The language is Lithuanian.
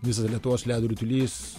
visas lietuvos ledo ritulys